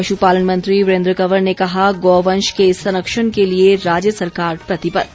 पशुपालन मंत्री वीरेन्द्र कंवर ने कहा गौ वंश के संरक्षण के लिए राज्य सरकार प्रतिबद्ध